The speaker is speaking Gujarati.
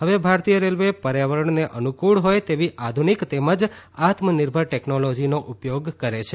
હવે ભારતીય રેલવે પર્યાવરણને અનુકુળ હોય તેવી આધુનીક તેમજ આત્મનિર્ભર ટેકનોલોજીનો ઉપયોગ કરે છે